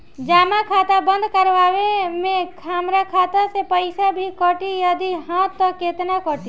जमा खाता बंद करवावे मे हमरा खाता से पईसा भी कटी यदि हा त केतना कटी?